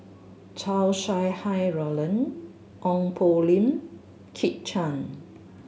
Chow Sau Hai Roland Ong Poh Lim Kit Chan